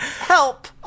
Help